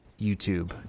youtube